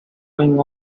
going